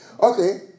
Okay